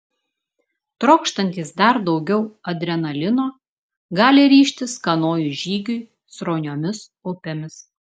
trokštantys dar daugiau adrenalino gali ryžtis kanojų žygiui srauniomis upėmis